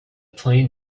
plain